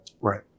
Right